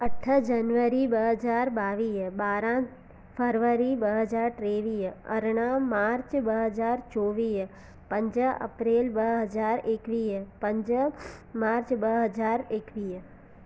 अठ जनवरी ॿ हज़ार ॿावीह ॿारहं फरवरी ॿ हज़ार टेवीह अरिड़हं मार्च ॿ हज़ार चोवीह पंज अप्रेल ॿ हज़ार एकवीह पंज मार्च ॿ हज़ार इकवीअ